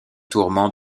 tourments